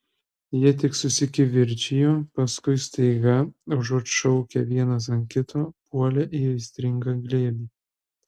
jie tik susikivirčijo paskui staiga užuot šaukę vienas ant kito puolė į aistringą glėbį